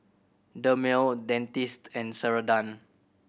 Dermale Dentiste and Ceradan